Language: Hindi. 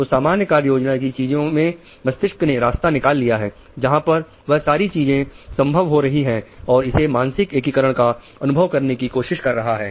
तो सामान्य कार्य योजना की चीजों में मस्तिष्क ने रास्ता निकाल लिया है जहां पर यह सारी चीजें संभव हो रही है और इसे मानसिक एकीकरण का अनुभव करने की कोशिश कर रहा है